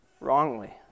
wrongly